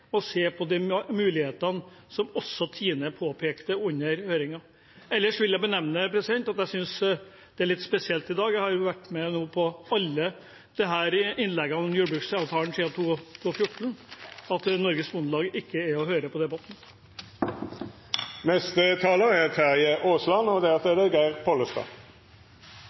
å se på de mulighetene som også Tine påpekte under høringen. Ellers vil jeg nevne at jeg synes det er litt spesielt i dag – jeg har vært med på å høre alle innleggene om jordbruksavtalen siden 2014 – at Norges Bondelag ikke er og hører på debatten. Det